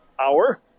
hour